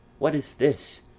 what is this?